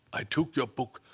i took your book.